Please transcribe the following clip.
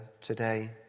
today